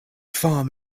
farm